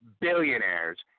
billionaires